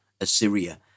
Assyria